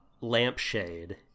lampshade